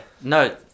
No